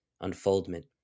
unfoldment